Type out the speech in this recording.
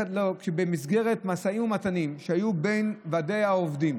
במסגרת משאים ומתנים שהיו בין ועדי העובדים